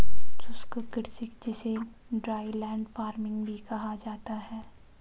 शुष्क कृषि जिसे ड्राईलैंड फार्मिंग भी कहा जाता है